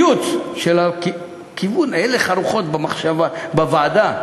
של הכיוון, הלך הרוחות בוועדה,